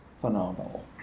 phenomenal